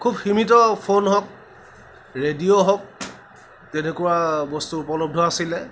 খুব সীমিত ফোন হওক ৰেডিঅ' হওক তেনেকুৱা বস্তু উপলব্ধ আছিলে